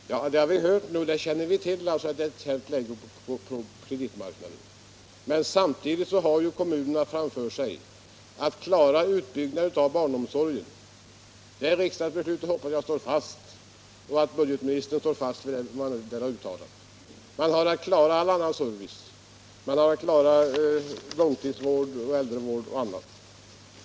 Herr talman! Det har vi hört nu. Vi känner till att det är ett kärvt läge på kreditmarknaden. Men samtidigt har kommunerna framför sig att klara utbyggnaden av barnomsorgen. Det beslutet hoppas jag riksdagen står fast vid, och jag hoppas också att budgetministern står fast vid det som han här har uttalat. Kommunerna har att klara all annan service — långtidsvård, äldrevård m.m.